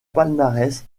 palmarès